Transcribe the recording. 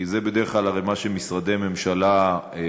כי זה בדרך כלל הרי מה שמשרדי ממשלה אומרים,